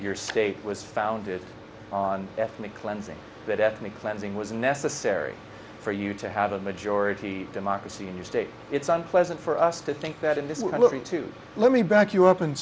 your state was founded on ethnic cleansing that ethnic cleansing was necessary for you to have a majority democracy in your state it's unpleasant for us to think that in this we're looking to let me back you up